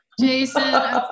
jason